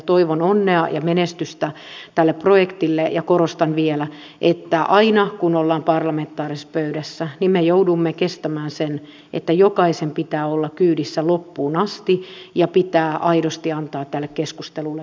toivon onnea ja menestystä tälle projektille ja korostan vielä että aina kun ollaan parlamentaarisessa pöydässä niin me joudumme kestämään sen että jokaisen pitää olla kyydissä loppuun asti ja pitää aidosti antaa tälle keskustelulle vapaat kädet